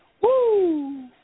Woo